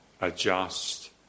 adjust